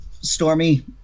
Stormy